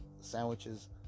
sandwiches